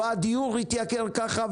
לא הדיור התייקר כך,